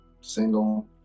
single